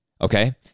Okay